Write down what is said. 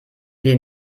wir